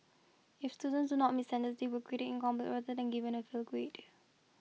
if students do not meet standards they were graded incomplete rather than given an fail grade